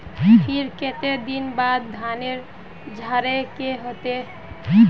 फिर केते दिन बाद धानेर झाड़े के होते?